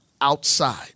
outside